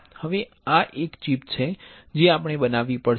હવે આ એક ચિપ છે જે આપણે બનાવવી પડશે